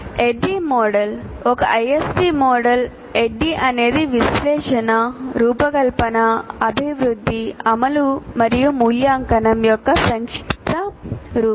ADDIE model ఒక ISD model ADDIE అనేది విశ్లేషణ రూపకల్పన అభివృద్ధి అమలు మరియు మూల్యాంకనం యొక్క సంక్షిప్త రూపం